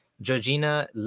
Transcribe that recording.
Georgina